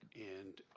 and